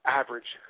average